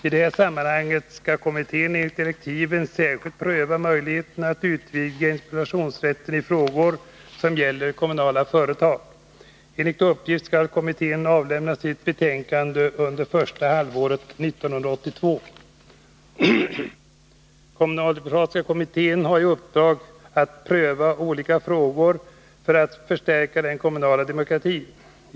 I det sammanhanget skall kommittén enligt direktiven särskilt pröva möjligheterna att utvidga interpellationsrätten i frågor som gäller kommunala företag. Enligt uppgift skall kommittén avlämna sitt betänkande under första halvåret 1982. Kommunaldemokratiska kommittén har i uppdrag att pröva olika frågor för att förstärka den kommunala demokratin.